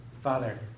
Father